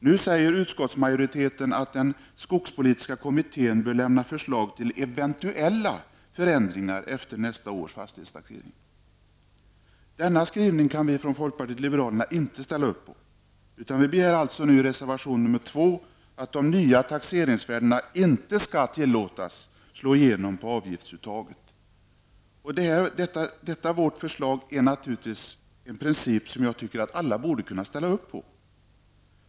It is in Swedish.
Nu säger utskottsmajoriteten att den skogspolitiska kommittén bör lämna förslag till ''eventuella förändringar'' efter nästa års fastighetstaxering. Denna skrivning kan vi från folkpartiet liberalerna inte ställa upp på, utan vi begär alltså i reservation 2 att de nya taxeringsvärdena inte skall tillåtas slå igenom på avgiftsuttaget. Detta vårt förslag är en princip som jag tycker att alla borde kunna ställa upp på.